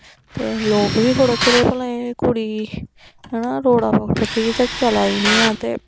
ते लोक बी खड़ोते दे हे भला एह् कुड़ी गी हैना रोड़ा परा उतरिए चला दी निं ऐ ते